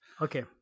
Okay